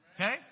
Okay